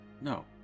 no